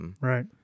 Right